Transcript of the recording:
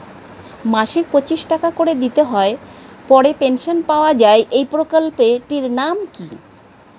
মাসিক পঁচিশ টাকা করে দিতে হয় পরে পেনশন পাওয়া যায় এই প্রকল্পে টির নাম কি?